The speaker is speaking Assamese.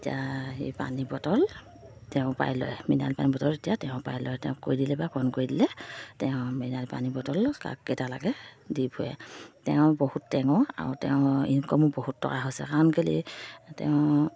তেতিয়া সেই পানী বটল তেওঁ পাই লয় মিনাৰেল পানী বটল তেতিয়া তেওঁ পাই লয় তেওঁক কৈ দিলে বা ফোন কৰি দিলে তেওঁ মিনাৰেল পানী বটল কাক কেইটা লাগে দি ফুৰে তেওঁ বহুত টেঙৰ আৰু তেওঁ ইনকামো বহুত টকা হৈছে কাৰণ কেলে তেওঁ